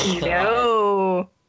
No